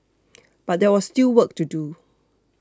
but there was still work to do